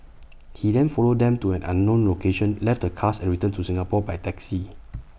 he then followed them to an unknown location left the cars and returned to Singapore by taxi